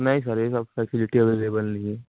نہیں سر یہ سب فیسیلیٹی اویلیبل نہیں ہے